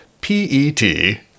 P-E-T